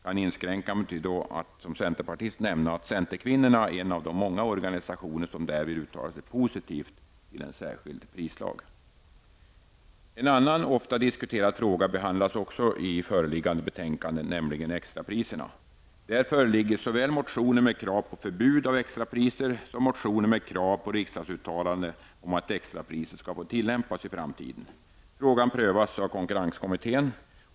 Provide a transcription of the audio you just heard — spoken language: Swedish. Jag nöjer mig med att säga att centerkvinnorna är en av de många grupper som därvid uttalat sig positivt till en särskild prislag. En annan ofta diskuterad fråga behandlas också i föreliggande utskottsbetänkande, nämligen frågan om extrapriser. Det föreligger såväl motioner med krav på förbud av extrapriser som motioner med krav på riksdagsuttalande om att extrapriser skall få tillämpas i framtiden. Frågan prövas av konkurrenskommittén.